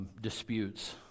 disputes